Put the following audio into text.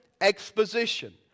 exposition